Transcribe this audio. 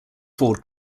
ford